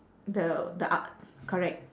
the the a~ correct